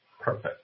Perfect